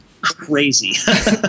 Crazy